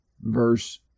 Verse